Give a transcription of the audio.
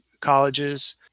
colleges